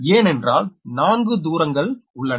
ஏனென்றால் 4 தூரங்கள் உள்ளன